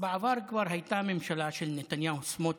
בעבר כבר הייתה ממשלה של נתניהו, סמוטריץ'